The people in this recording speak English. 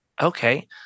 Okay